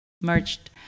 merged